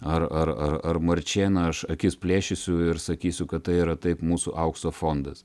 ar ar ar marčėną aš akis plėšysiu ir sakysiu kad tai yra taip mūsų aukso fondas